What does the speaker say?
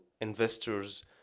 investors